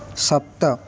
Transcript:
सप्त